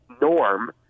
norm